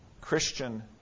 Christian